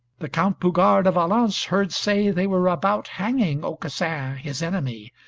the count bougars de valence heard say they were about hanging aucassin, his enemy,